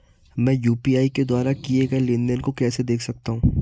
मैं यू.पी.आई के द्वारा किए गए लेनदेन को कैसे देख सकता हूं?